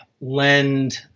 lend